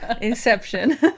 inception